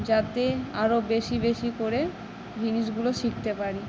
যাতে আরো বেশি বেশি করে জিনিসগুলো শিখতে পারি